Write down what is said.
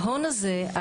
ההון הזה,